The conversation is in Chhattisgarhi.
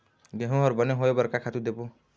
गेहूं हर बने होय बर का खातू देबो?